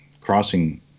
crossing